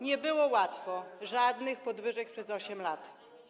Nie było łatwo, żadnych podwyżek przez 8 lat.